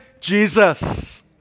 Jesus